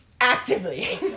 Actively